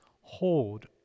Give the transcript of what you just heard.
hold